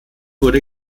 wurde